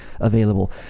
available